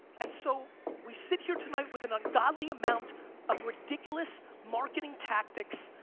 and so we sit here tonight with an ungodly amount of ridiculous marketing tactics,